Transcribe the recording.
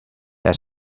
that